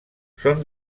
són